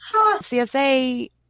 CSA